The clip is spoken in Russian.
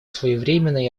своевременной